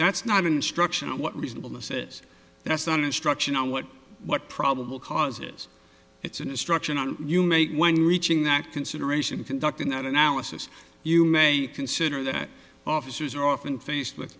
that's not an instruction on what reasonableness is that's not an instruction i what what probable cause is it's an instruction on you make when reaching that consideration conducting that analysis you may consider that officers are often faced with